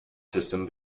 system